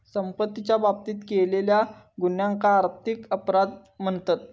संपत्तीच्या बाबतीत केलेल्या गुन्ह्यांका आर्थिक अपराध म्हणतत